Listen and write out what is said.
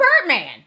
birdman